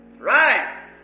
Right